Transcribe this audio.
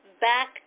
back